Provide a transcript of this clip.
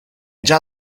già